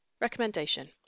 Recommendation